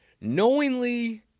Knowingly